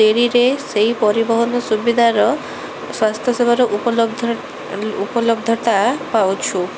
ଡେରିରେ ସେହି ପରିବହନ ସୁବିଧାର ସ୍ୱାସ୍ଥ୍ୟସେବାର ଉପଲବ୍ଧ ଉପଲବ୍ଧତା ପାଉଛୁ